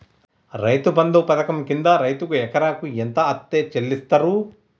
రైతు బంధు పథకం కింద రైతుకు ఎకరాకు ఎంత అత్తే చెల్లిస్తరు?